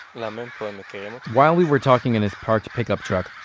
um and while we were talking in his parked pickup truck,